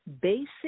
basic